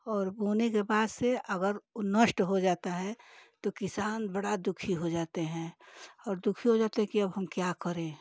और बोने के बाद से अगर ऊ नष्ट हो जाता है तो किसान बड़ा दुखी हो जाते हैं और दुखी हो जाते है कि हब हम क्या करें